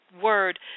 word